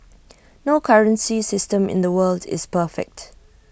no currency system in the world is perfect